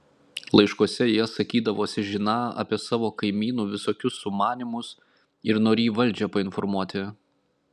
laiškuose jie sakydavosi žiną apie savo kaimynų visokius sumanymus ir norį valdžią painformuoti